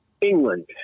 England